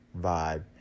vibe